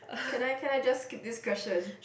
can I can I just skip this question